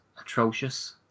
atrocious